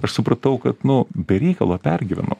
aš supratau kad nu be reikalo pergyvenau